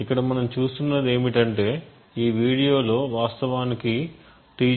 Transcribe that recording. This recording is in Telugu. ఇక్కడ మనం చూస్తున్నది ఏమిటంటే ఈ వీడియోలో వాస్తవానికి T0